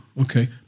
okay